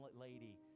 lady